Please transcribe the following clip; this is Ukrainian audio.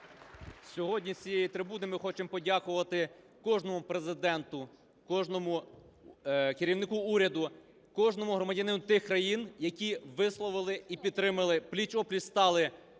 Сьогодні з цієї трибуни ми хочемо подякувати кожному президенту, кожному керівнику уряду, кожному громадянину тих країн, які висловили і підтримали, пліч-о-пліч стали